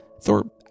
Thor